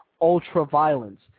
ultra-violence